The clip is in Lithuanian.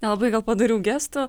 nelabai gal padorių gestų